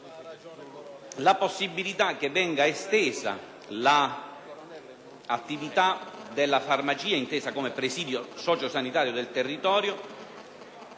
la possibilità che venga estesa l'attività della farmacia intesa come presidio sociosanitario del territorio,